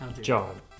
John